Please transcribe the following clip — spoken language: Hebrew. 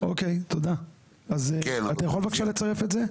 אוקיי תודה, אז אתה יכול בבקשה לצרף את זה?